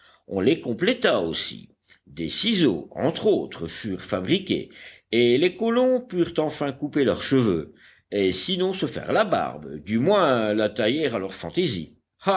on les compléta aussi des ciseaux entre autres furent fabriqués et les colons purent enfin couper leurs cheveux et sinon se faire la barbe du moins la tailler à leur fantaisie